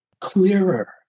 clearer